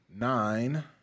Nine